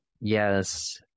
Yes